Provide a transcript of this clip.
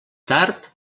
tard